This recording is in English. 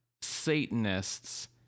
Satanists